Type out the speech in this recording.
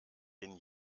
den